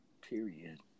Period